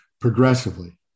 progressively